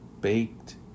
baked